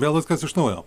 vėl viskas iš naujo